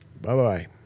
Bye-bye